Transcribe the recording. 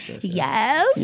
yes